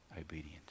obedient